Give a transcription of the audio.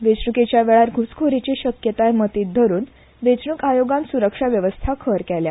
वेचणूकेच्या वेळार घुसखोरीची शक्यताय मतीत धरून वेचणूक आयोगान सुरक्षा व्यवस्था खर केल्या